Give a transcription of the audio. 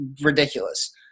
ridiculous